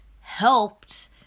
helped